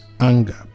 anger